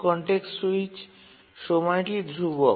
context switch সময়টি ধ্রুবক